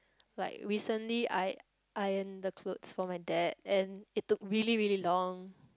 like recently I ironed the clothes for my dad and it took really really long